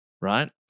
right